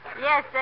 Yes